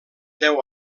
deu